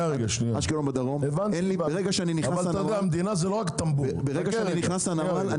אין לי רגע שאני נכנס ברגע שאני נכנס לנמל,